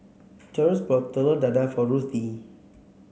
Taurus bought Telur Dadah for Ruthie